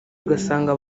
ugasanga